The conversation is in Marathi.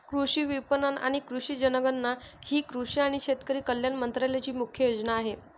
कृषी विपणन आणि कृषी जनगणना ही कृषी आणि शेतकरी कल्याण मंत्रालयाची मुख्य योजना आहे